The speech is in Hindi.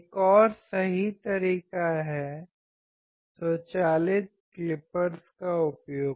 एक और सही तरीका है स्वचालित क्लिपर्स का उपयोग